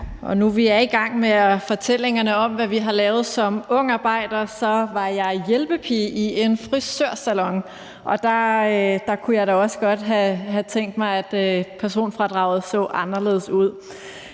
Nu vi er i gang med fortællingerne om, hvad vi har lavet som ungarbejdere, vil jeg sige, at jeg var hjælpepige i en frisørsalon, og der kunne jeg da også godt have tænkt mig, at personfradraget havde set anderledes ud